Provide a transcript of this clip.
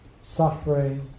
suffering